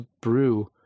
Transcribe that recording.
brew